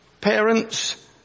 Parents